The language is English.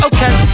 Okay